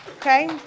Okay